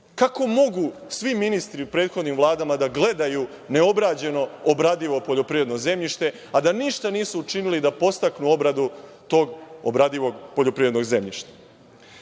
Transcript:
Kako mogu svi ministri u prethodnim Vladama da gledaju neobrađeno obradivo poljoprivredno zemljište, a da ništa nisu učini da podstaknu obradu tog obradivog poljoprivrednog zemljišta.U